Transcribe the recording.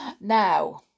Now